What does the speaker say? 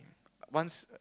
once